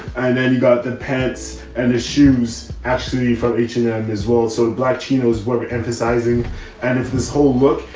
and then you've got the pants and the shoes actually from each of them as well. so black chinos, we're emphasizing and for this whole book,